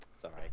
Sorry